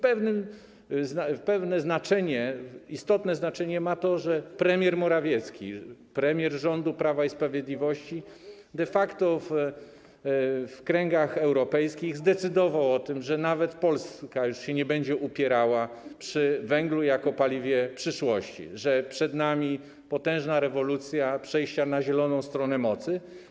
Pewne istotne znaczenie ma to, że premier Morawiecki, premier rządu Prawa i Sprawiedliwości, de facto w kręgach europejskich zdecydował o tym, że nawet Polska już nie będzie upierała się przy węglu jako paliwie przyszłości, że przed nami potężna rewolucja przejścia na zieloną stronę mocy.